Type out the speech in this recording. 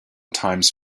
times